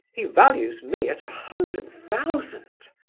he values me at a hundred thousand!